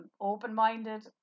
open-minded